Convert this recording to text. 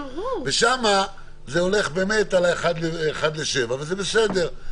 שם זה הולך על 7:1, וזה בסדר.